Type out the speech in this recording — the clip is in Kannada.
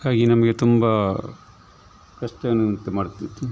ಹಾಗಾಗಿ ನಮಗೆ ತುಂಬ ಕಷ್ಟ ಅನ್ನುವಂತೆ ಮಾಡುತ್ತಿತ್ತು